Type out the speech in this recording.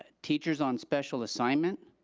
ah teachers on special assignment,